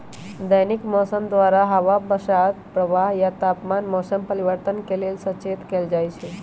दैनिक मौसम द्वारा हवा बसात प्रवाह आ तापमान मौसम परिवर्तन के लेल सचेत कएल जाइत हइ